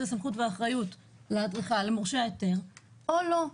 הסמכות והאחריות לאדריכל מורשה היתר או לא.